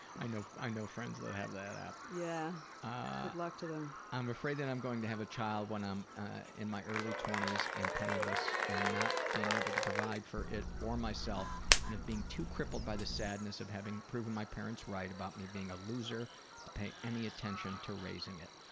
i know i know friends that have that app. yeah, good ah luck to them. i'm afraid that i'm going to have a child when i'm in my early twenty s and penniless and not being able to provide for it or myself and being too crippled by the sadness of having proven my parents right about me being a loser to pay any attention to raising it.